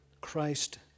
Christ